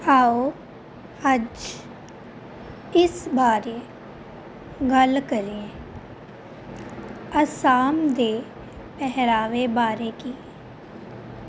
ਆਓ ਅੱਜ ਇਸ ਬਾਰੇ ਗੱਲ ਕਰੀਏ ਅਸਾਮ ਦੇ ਪਹਿਰਾਵੇ ਬਾਰੇ ਕੀ